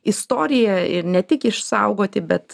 istoriją ir ne tik išsaugoti bet